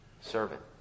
servant